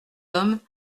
homme